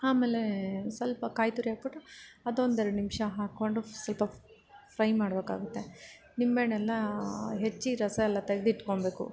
ಆಮೇಲೆ ಸ್ವಲ್ಪ ಕಾಯಿ ತುರಿ ಹಾಕಿಬಿಟ್ಟು ಅದೊಂದು ಎರ್ಡು ನಿಮಿಷ ಹಾಕ್ಕೊಂಡು ಸ್ವಲ್ಪ ಫ್ರೈ ಮಾಡಬೇಕಾಗುತ್ತೆ ನಿಂಬೆಹಣ್ಣು ಎಲ್ಲ ಹೆಚ್ಚಿ ರಸ ಎಲ್ಲ ತೆಗ್ದಿಟ್ಕೊಳ್ಬೇಕು